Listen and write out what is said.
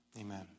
Amen